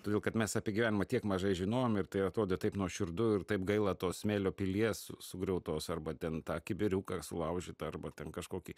todėl kad mes apie gyvenimą tiek mažai žinojom ir tai atrodė taip nuoširdu ir taip gaila tos smėlio pilies su sugriautos arba ten tą kibiriuką sulaužytą arba ten kažkokį